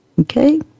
Okay